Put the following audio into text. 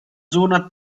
zona